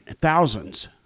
thousands